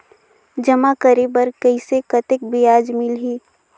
जमा करे बर कइसे कतेक ब्याज मिलही?